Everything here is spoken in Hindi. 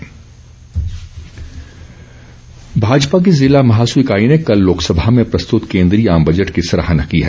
बजट समर्थन भाजपा की ज़िला महासू इकाई ने कल लोकसभा में प्रस्तूत केन्द्रीय आम बजट की सराहना की है